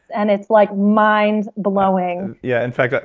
and it's like mind blowing yeah, in fact, ah